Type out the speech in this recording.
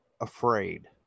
afraid